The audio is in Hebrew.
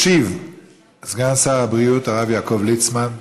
ישיב סגן שר הבריאות הרב יעקב ליצמן.